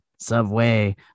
subway